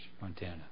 Montana